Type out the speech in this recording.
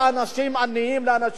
לאנשים שצריכים עזרה.